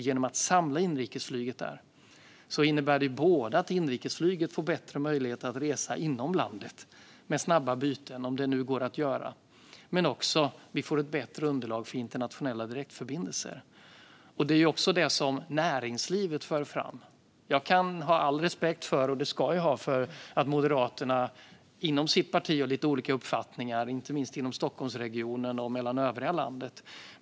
Genom att samla inrikes och utrikesflyget där innebär det både att det blir bättre möjligheter att resa inom landet med snabba byten, om det nu går att göra, men också att vi får ett bättre underlag för internationella direktförbindelser. Det är också det som näringslivet för fram. Jag kan ha all respekt, och ska ha det, för att Moderaterna inom sitt parti har lite olika uppfattningar, inte minst mellan Stockholmsregionen och övriga landet.